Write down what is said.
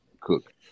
cook